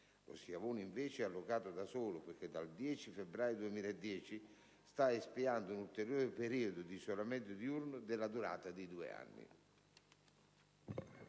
lo Schiavone, invece, è allocato da solo poiché dal 10 febbraio 2010 sta espiando un ulteriore periodo di isolamento diurno, della durata di due anni.